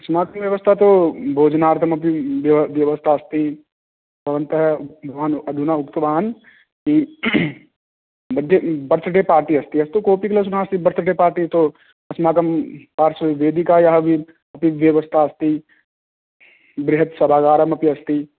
अस्माकं व्यवस्था तु भोजनार्थम् अपि व्य व्यवस्था अस्ति भवन्तः भवान् अधुना उक्तवान् कि बर्डे बर्थ् डे पार्टि अस्ति अस्तु कोऽपि क्लेश नास्ति बर्थ् डे पार्टि तु अस्माकं पार्स्वे तु वेदिकायाः अपि अपि व्यवस्था अस्ति बृहत् सभागारमपि अस्ति